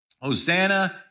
Hosanna